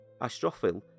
Astrophil